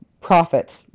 profit